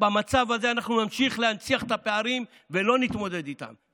במצב הזה אנחנו נמשיך להנציח את הפערים ולא נתמודד איתם.